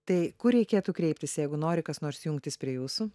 tai kur reikėtų kreiptis jeigu nori kas nors jungtis prie jūsų